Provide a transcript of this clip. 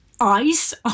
eyes